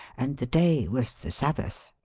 and the day was the sabbath.